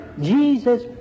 Jesus